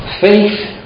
Faith